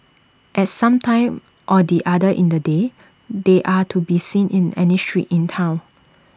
at some time or the other in the day they are to be seen in any street in Town